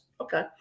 Okay